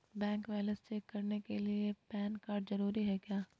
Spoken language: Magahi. बैंक बैलेंस चेक करने के लिए पैन कार्ड जरूरी है क्या?